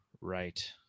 Right